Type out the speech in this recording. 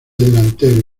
delantero